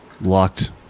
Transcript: locked